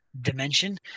dimension